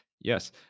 Yes